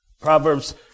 Proverbs